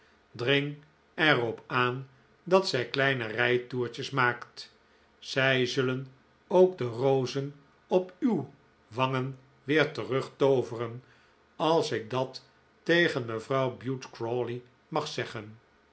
er op aan dat zij kleine rijtoertjes maakt zij zullen ook de rozen op uw wangen weer terugtooveren als ik dat tegen mevrouw bute crawley mag zeggen